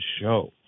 show